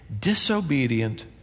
Disobedient